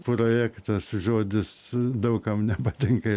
projektas žodis daug kam nepatinka